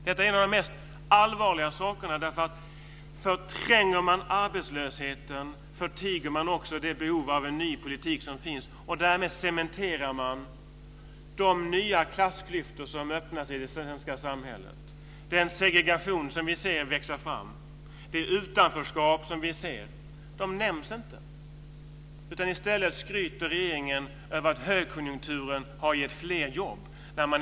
Detta är en av de allra allvarligaste sakerna. Förtränger man arbetslösheten förtiger man också det behov av en ny politik som finns, och därmed cementerar man de nya klassklyftor som öppnar sig i det svenska samhället. Den segregation som växer fram och det utanförskap som vi ser nämns inte, utan i stället skryter regeringen över att högkonjunkturen har gett fler jobb.